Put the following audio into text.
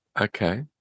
okay